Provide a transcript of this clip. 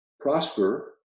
Prosper